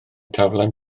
taflen